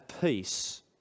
peace